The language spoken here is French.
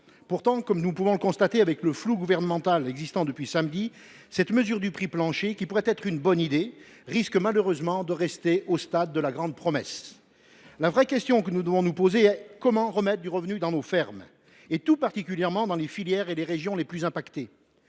Pourtant, comme nous le constatons avec le flou gouvernemental qui perdure depuis samedi, cette mesure du prix plancher, qui pourrait être une bonne idée, risque de malheureusement rester au stade de la grande promesse. La véritable question que nous devons nous poser est la suivante : comment remettre du revenu dans nos fermes, et tout particulièrement dans les filières et les régions les plus impactées